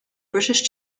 british